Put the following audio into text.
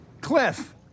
Cliff